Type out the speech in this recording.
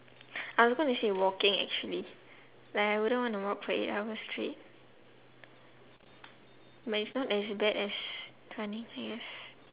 I was gonna say walking actually like I wouldn't want to walk for eight hours straight well it's not as bad as running yes